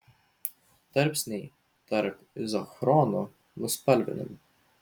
tarpsniai tarp izochronų nuspalvinami